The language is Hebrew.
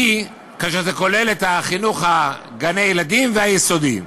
כאשר זה כולל את גני-הילדים והיסודיים,